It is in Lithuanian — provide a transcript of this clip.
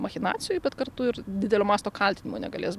machinacijų bet kartu ir didelio masto kaltinimo negalės